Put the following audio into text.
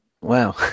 Wow